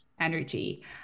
energy